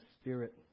Spirit